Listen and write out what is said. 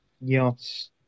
Yes